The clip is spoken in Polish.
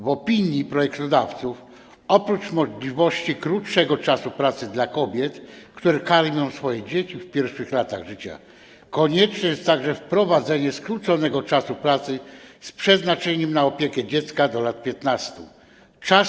W opinii projektodawców oprócz możliwości krótszego czasu pracy dla kobiet, które karmią dzieci w pierwszych latach życia, konieczne jest także wprowadzenie skróconego czasu pracy z przeznaczeniem na opiekę nad dzieckiem do lat 15.